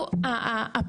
סליחה אני פשוט מתרגשת,